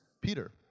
Peter